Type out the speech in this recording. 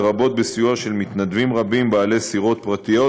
לרבות בסיוע של מתנדבים רבים בעלי סירות פרטיות,